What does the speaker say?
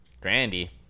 Grandy